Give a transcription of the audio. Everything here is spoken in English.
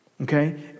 Okay